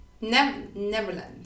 Neverland